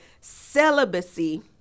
celibacy